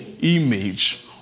image